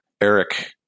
Eric